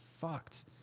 fucked